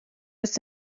ist